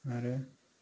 आरो